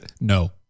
No